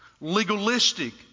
legalistic